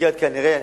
כנראה במסגרת,